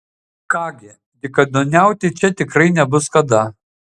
ką gi dykaduoniauti čia tikrai nebus kada